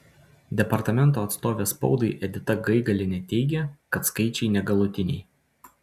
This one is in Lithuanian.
departamento atstovė spaudai edita gaigalienė teigia kad skaičiai negalutiniai